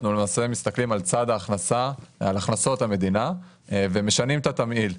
אנחנו למעשה מסתכלים על הכנסות המדינה ומשנים את התמהיל,